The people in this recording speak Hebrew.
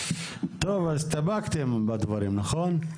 הסתפקתם בדברים, נכון?